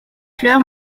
fleur